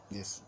Yes